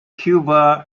cuba